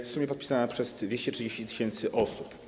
W sumie podpisało ją 230 tys. osób.